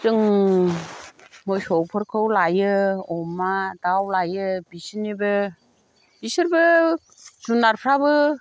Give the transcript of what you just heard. जों मोसौफोरखौ लायो अमा दाउ लायो बिसोरनिबो बिसोरबो जुनारफ्राबो